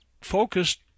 focused